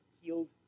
healed